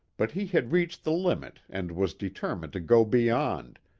but he had reached the limit and was deter mined to go beyond,